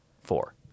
Four